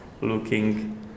looking